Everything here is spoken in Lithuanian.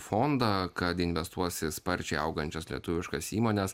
fondą kad investuos į sparčiai augančias lietuviškas įmones